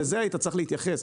לזה היית צריך להתייחס.